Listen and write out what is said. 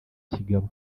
kigabo